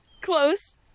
close